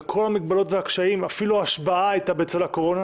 על כל המגבלות והקשיים אפילו ההשבעה הייתה בצל הקורונה.